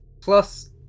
plus